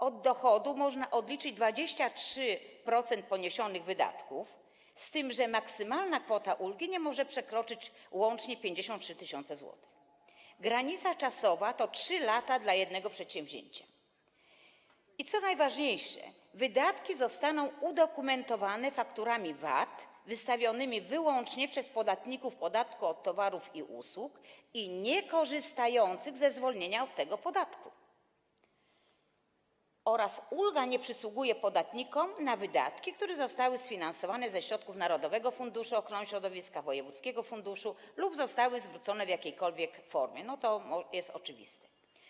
Od dochodu można odliczyć 23% poniesionych wydatków, z tym że maksymalna kwota ulgi nie może przekroczyć łącznie 53 tys. zł, granica czasowa to 3 lata dla jednego przedsięwzięcia i, co najważniejsze, wydatki zostaną udokumentowane fakturami VAT wystawionymi wyłącznie przez podatników podatku od towarów i usług niekorzystających ze zwolnienia od tego podatku oraz ulga nie przysługuje podatnikom na wydatki, które zostały sfinansowane ze środków narodowego funduszu ochrony środowiska, wojewódzkiego funduszu lub zostały zwrócone w jakiejkolwiek formie, to jest oczywiste.